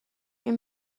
این